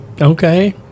Okay